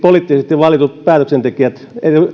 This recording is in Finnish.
poliittisesti valitut päätöksentekijät